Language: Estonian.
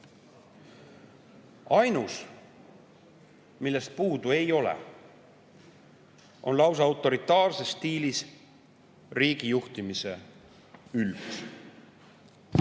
Ainus, millest puudu ei ole, on lausa autoritaarses stiilis riigi juhtimise ülbus.